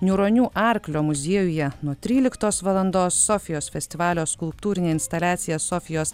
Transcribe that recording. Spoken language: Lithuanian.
niūronių arklio muziejuje nuo tryliktos valandos sofijos festivalio skulptūrinė instaliacija sofijos